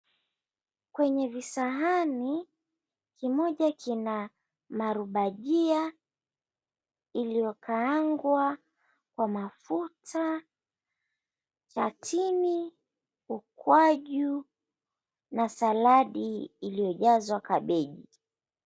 Kwenye visahani, kimoja kina marubajia iliyokaangwa kwa mafuta ya chini ukwaju na saladi iliyojazwa kabeji.